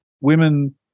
Women